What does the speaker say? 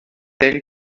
elle